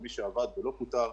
או את מי שעבד ולא פוטר,